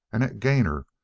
and at gainor,